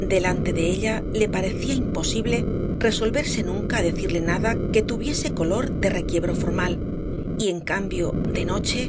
delante de ella le parecía imposible resolverse nunca á decirle nada que tuviese color de requiebro formal y en cambio de noche